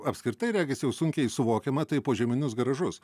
apskritai regis jau sunkiai suvokiama tai požeminius garažus